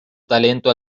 talento